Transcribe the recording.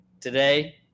Today